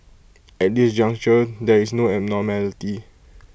at this juncture there is no abnormality